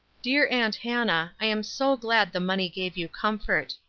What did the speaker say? dear aunt hannah, i am so glad the money gave you comfort.